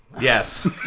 Yes